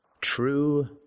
True